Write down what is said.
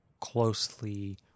closely